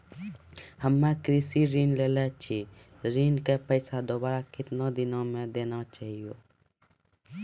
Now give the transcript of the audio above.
हम्मे कृषि ऋण लेने छी ऋण के पैसा दोबारा कितना दिन मे देना छै यो?